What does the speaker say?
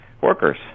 workers